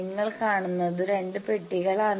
നിങ്ങൾ കാണുന്നത് രണ്ട് പെട്ടികളാണ്